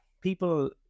people